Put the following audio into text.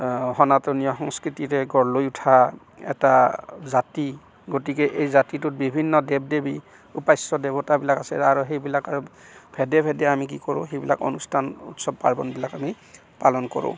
সনাতনীয় সংস্কৃতিৰে গঢ় লৈ উঠা এটা জাতি গতিকে এই জাতিটোত বিভিন্ন দেৱ দেৱী উপাস্য দেৱতাবিলাক আছে আৰু সেইবিলাক ভেদে ভেদে আমি কি কৰোঁ সেইবিলাক অনুষ্ঠান উৎসৱ পাৰ্বণবিলাক আমি পালন কৰোঁ